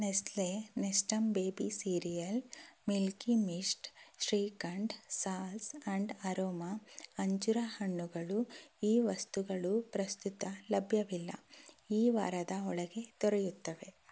Nestle Nestum baby cereal milky mist shrikhand ಸಾಲ್ಸ್ and aroma ಅಂಜೂರ ಹಣ್ಣುಗಳು ಈ ವಸ್ತುಗಳು ಪ್ರಸ್ತುತ ಲಭ್ಯವಿಲ್ಲ ಈ ವಾರದ ಒಳಗೆ ದೊರೆಯುತ್ತವೆ